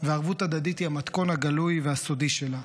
וערבות הדדית היא המתכון הגלוי והסודי שלה.